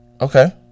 Okay